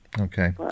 Okay